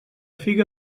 figa